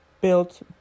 built